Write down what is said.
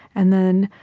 and then,